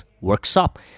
workshop